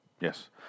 Yes